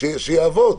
טבעי שיעבוד.